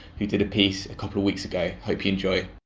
who did a piece a couple of weeks ago. hope you enjoy.